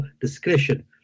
discretion